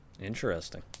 interesting